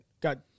Got